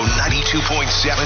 92.7